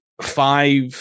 five